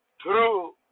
true